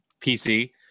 pc